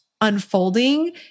unfolding